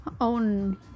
own